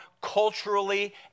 culturally